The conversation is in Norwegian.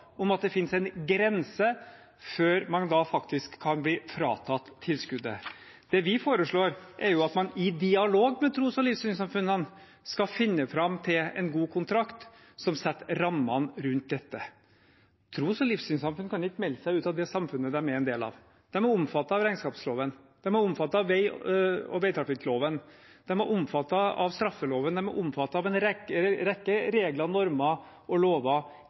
om at det finnes en grense før man faktisk kan bli fratatt tilskuddet. Det vi foreslår, er at man i dialog med tros- og livssynssamfunnene skal finne fram til en god kontrakt som setter rammene rundt dette. Tros- og livssynssamfunn kan ikke melde seg ut av det samfunnet de er en del av. De er omfattet av regnskapsloven, de er omfattet av vegtrafikkloven, de er omfattet av straffeloven. De er omfattet av en rekke regler, normer og lover